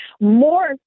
more